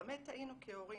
במה טעינו כהורים?